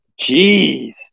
Jeez